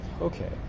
okay